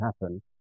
happen